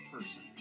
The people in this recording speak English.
person